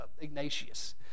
Ignatius